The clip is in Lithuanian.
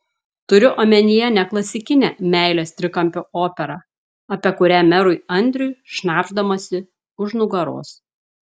turiu omenyje ne klasikinę meilės trikampio operą apie kurią merui andriui šnabždamasi už nugaros